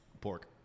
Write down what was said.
Pork